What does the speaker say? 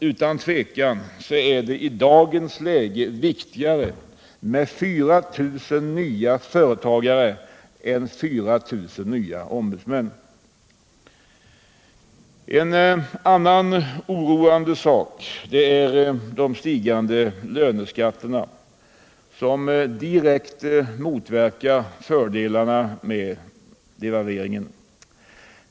Utan tvivel är det i dagens läge viktigare med 4 000 nya företagare än med 4 000 nya ombudsmän. En annan oroande sak är de stigande löneskatterna, som direkt motverkar fördelarna med devalveringen.